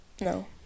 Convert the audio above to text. No